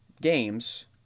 games